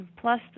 plus